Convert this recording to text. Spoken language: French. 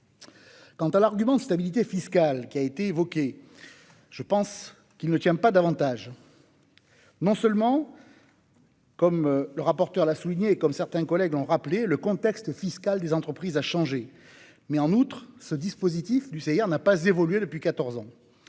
Quant à l'argument de stabilité fiscale qui a été évoqué, il ne tient pas davantage selon moi. Comme Mme le rapporteur l'a souligné et comme certains collègues l'ont rappelé, le contexte fiscal des entreprises a changé. En outre, le dispositif du CIR n'a pas évolué depuis